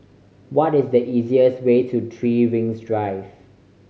what is the easiest way to Three Rings Drive